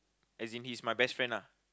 as in he's my best friend lah